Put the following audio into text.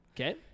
Okay